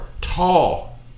tall